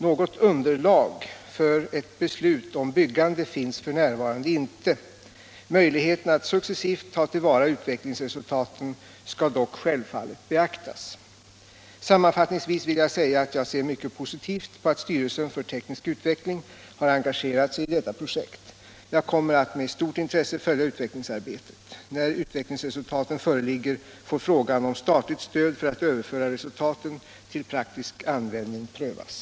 Något underlag för ett beslut om byggande finns f. n. inte. Möjligheterna att successivt ta till vara utvecklingsresultaten skall dock självfallet beaktas. Sammanfattningsvis vill jag säga att jag ser mycket positivt på att styrelsen för teknisk utveckling har engagerat sig i detta projekt. Jag kommer att med stort intresse följa utvecklingsarbetet. När utvecklingsresultaten föreligger får frågan om statligt stöd för att överföra resultaten till praktisk användning prövas.